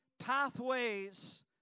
Pathways